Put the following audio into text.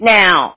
now